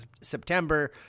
September